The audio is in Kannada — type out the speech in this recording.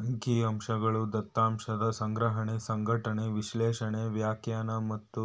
ಅಂಕಿಅಂಶಗಳು ದತ್ತಾಂಶದ ಸಂಗ್ರಹಣೆ, ಸಂಘಟನೆ, ವಿಶ್ಲೇಷಣೆ, ವ್ಯಾಖ್ಯಾನ ಮತ್ತು